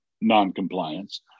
non-compliance